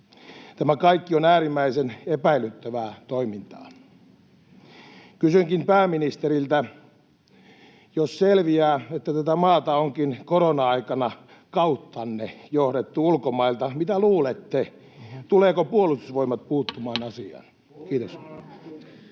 Tämä kaikki on äärimmäisen epäilyttävää toimintaa. Kysynkin pääministeriltä: jos selviää, että tätä maata onkin korona-aikana kauttanne johdettu ulkomailta, mitä luulette, tuleeko Puolustusvoimat puuttumaan [Puhemies